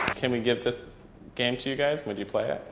can we give this game to you guys, and would you play it?